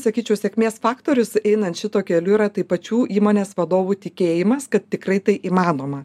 sakyčiau sėkmės faktorius einant šituo keliu yra tai pačių įmonės vadovų tikėjimas kad tikrai tai įmanoma